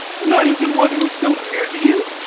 not even one who is so near to you?